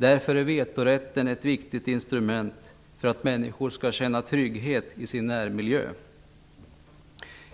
Därför är vetorätten ett viktigt instrument för att människorna skall känna trygghet i sin närmiljö.